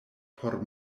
por